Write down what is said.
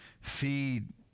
feed